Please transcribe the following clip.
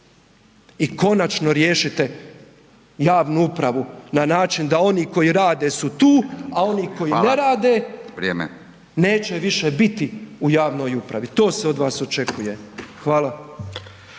I konačno riješite javnu upravu na način da oni koji rade su tu, a oni koji ne rade .../Upadica Radin: Hvala. Vrijeme./... neće više biti u javnoj upravi. To se od vas očekuje. Hvala.